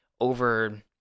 over